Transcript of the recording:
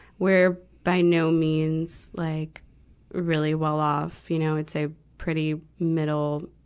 we're by no means like really well-off. you know, it's a pretty middle,